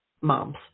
Moms